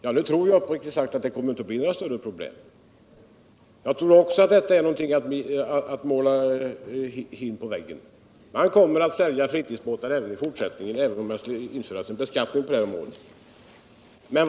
Jag tror uppriktigt sagt inte att det kommer att bli några större problem — att påstå det är att måla hin på väggen. Man kommer att sälja fritidsbåtar också i fortsättningen, även om det skulle införas en beskattning på det här området.